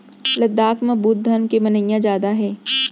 लद्दाख म बुद्ध धरम के मनइया जादा हे